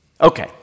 Okay